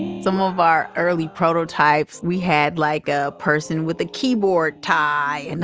some of our early prototypes we had like a person with a keyboard tie, and